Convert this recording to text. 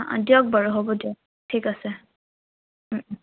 দিয়ক বাৰু হ'ব দিয়ক ঠিক আছে